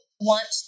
want